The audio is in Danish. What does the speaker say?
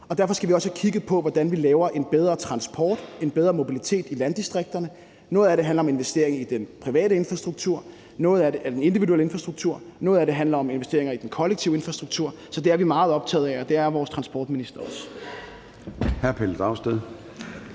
Derfor skal vi også have kigget på, hvordan vi laver en bedre transport og en bedre mobilitet i landdistrikterne. Noget af det handler om investeringer i den private infrastruktur, noget af det handler om den individuelle infrastruktur, og noget af det handler om investeringer i den kollektive infrastruktur. Så det er vi meget optaget af, og det er vores transportminister også.